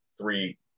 three